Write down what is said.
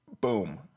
Boom